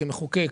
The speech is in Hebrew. כמחוקק,